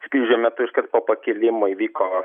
skrydžio metu iškart po pakilimo įvyko